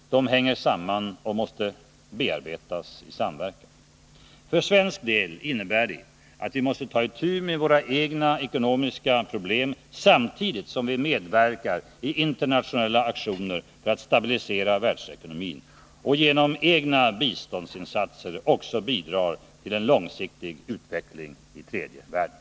De hänger samman och måste bearbetas i samverkan. För svensk del innebär det att vi måste ta itu med våra egna ekonomiska problem samtidigt som vi medverkar i internationella aktioner för att stabilisera världsekonomin och genom egna biståndsinsatser också bidrar till en långsiktig utveckling i tredje världen.